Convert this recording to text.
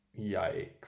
yikes